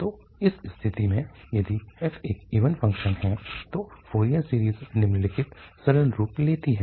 तो उस स्थिति में यदि f एक इवन फ़ंक्शन है तो फोरियर सीरीज़ निम्नलिखित सरल रूप लेती है